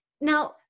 Now